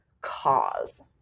cause